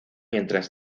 mientras